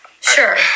Sure